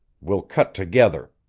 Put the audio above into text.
we'll cut together.